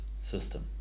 system